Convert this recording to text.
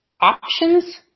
options